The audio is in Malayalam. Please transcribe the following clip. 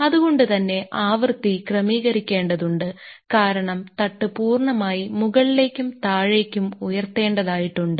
അത് കൊണ്ട് തന്നെ ആവൃത്തി ക്രമീകരിക്കേണ്ടതുണ്ട് കാരണം തട്ട് പൂർണമായി മുകളിലേക്കും താഴേക്കും ഉയർത്തേണ്ടതായിട്ടുണ്ട്